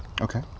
Okay